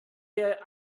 der